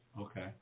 Okay